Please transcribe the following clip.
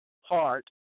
Heart